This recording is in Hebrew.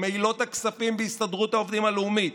מעילות הכספים בהסתדרות העובדים הלאומית,